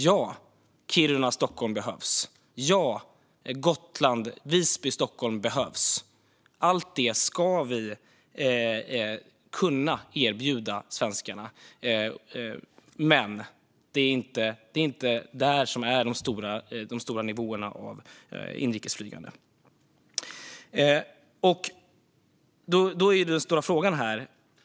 Ja, Kiruna-Stockholm behövs. Ja, Visby-Stockholm behövs. Allt det ska vi kunna erbjuda svenskarna, men det är inte där som de stora nivåerna av inrikesflygande finns.